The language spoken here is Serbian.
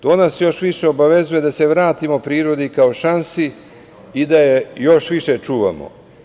To nas još više obavezuje da se vratimo prirodi kao šansi i da je još više čuvamo.